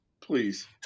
Please